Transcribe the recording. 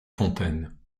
fontaines